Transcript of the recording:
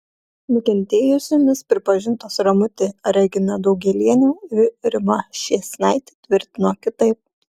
nukentėjusiomis pripažintos ramutė regina daugėlienė ir rima ščėsnaitė tvirtino kitaip